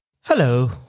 Hello